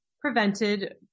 prevented